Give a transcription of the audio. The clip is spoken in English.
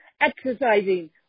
exercising